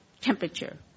temperature